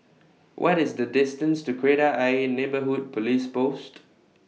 What IS The distance to Kreta Ayer Neighbourhood Police Post